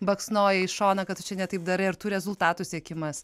baksnoja į šoną kad čia ne taip darai ar tų rezultatų siekimas